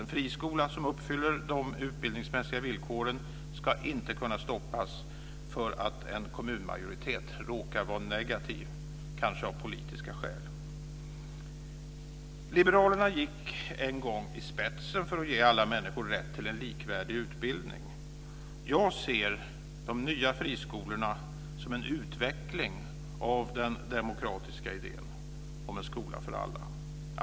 En friskola som uppfyller de utbildningsmässiga villkoren ska inte kunna stoppas för att en kommunmajoritet råkar vara negativ, kanske av politiska skäl. Liberalerna gick en gång i spetsen för att ge alla människor rätt till en likvärdig utbildning. Jag ser de nya friskolorna som en utveckling av den demokratiska idén om en skola för alla.